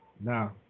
Now